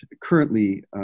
currently